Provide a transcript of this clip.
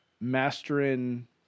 mastering